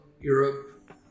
Europe